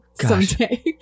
someday